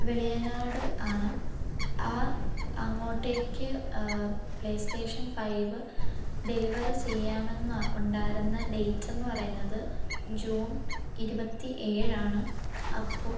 വെളിയനാട് ആണ് ആ അങ്ങോട്ടേക്ക് പ്ലേസ്റ്റേഷൻ ഫൈവ് ഡെലിവറി ചെയ്യാമെന്ന ഉണ്ടായിരുന്ന ഡേറ്റെന്ന് പറയുന്നത് ജൂൺ ഇരുപത്തി ഏഴാണ് അപ്പോൾ